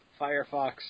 Firefox